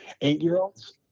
eight-year-olds